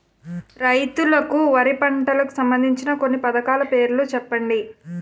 రైతులకు వారి పంటలకు సంబందించిన కొన్ని పథకాల పేర్లు చెప్పండి?